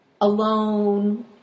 alone